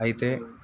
అయితే